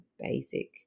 basic